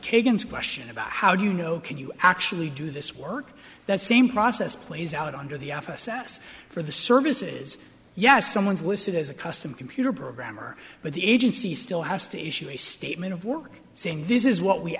kagan's question about how do you know can you actually do this work that same process plays out under the f s s for the services yes someone is listed as a custom computer programmer but the agency still has to issue a statement of work saying this is what we